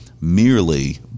merely